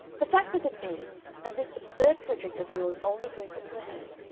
the fact of it is, and this absurd project of yours only brings it to a head,